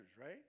right